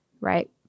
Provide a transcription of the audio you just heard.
right